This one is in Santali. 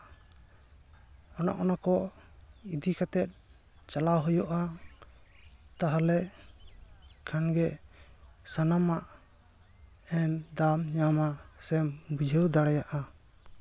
ᱚᱱᱮ ᱚᱱᱟ ᱠᱚ ᱤᱫᱤ ᱠᱟᱛᱮ ᱪᱟᱞᱟᱣ ᱦᱩᱭᱩᱜᱼᱟ ᱛᱟᱦᱞᱮ ᱠᱷᱟᱱ ᱜᱮ ᱥᱟᱱᱟᱢᱟᱜ ᱨᱮ ᱫᱟᱣ ᱤᱢ ᱧᱟᱢᱟ ᱥᱮᱢ ᱵᱩᱡᱷᱟᱹᱣ ᱫᱟᱲᱮᱭᱟᱜᱼᱟ